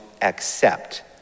accept